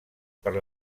per